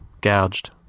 Gouged